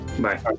bye